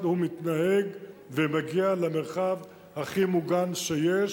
הוא מתנהג ומגיע למרחב הכי מוגן שיש,